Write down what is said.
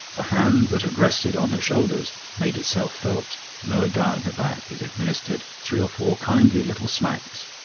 the hand that had rested on her shoulder made itself felt lower down her back it administered three or four kindly little smacks.